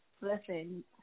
Listen